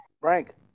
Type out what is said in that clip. Frank